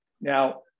Now